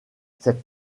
cette